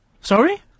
Sorry